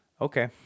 Okay